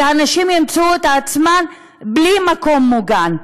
והנשים ימצאו את עצמן בלי מקום מוגן.